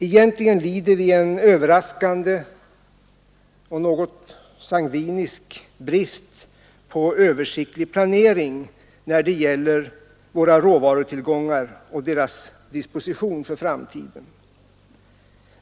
Egentligen lider vi en överraskande och något sangvinisk brist på översiktlig planering när det gäller våra råvarutillgångar och deras disposition för framtiden.